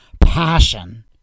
passion